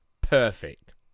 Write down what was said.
perfect